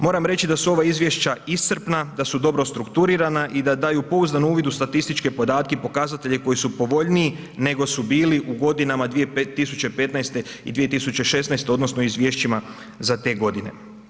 Moram reći da su ova izvješća iscrpna, da su dobro strukturirana i da daju pouzdani uvid u statističke podatke i pokazatelje koji su povoljniji nego su bili u godinama 2015. i 2016. odnosno izvješćima za te godine.